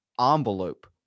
envelope